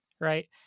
right